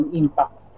impact